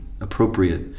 appropriate